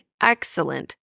excellent